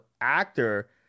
actor